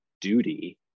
duty